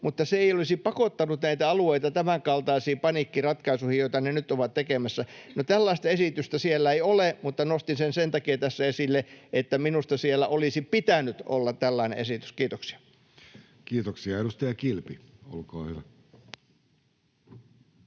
mutta se ei olisi pakottanut näitä alueita tämänkaltaisiin paniikkiratkaisuihin, joita ne nyt ovat tekemässä. No, tällaista esitystä siellä ei ole, mutta nostin tämän sen takia tässä esille, että minusta siellä olisi pitänyt olla tällainen esitys. — Kiitoksia. [Speech 131] Speaker: